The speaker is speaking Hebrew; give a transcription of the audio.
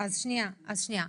שניה.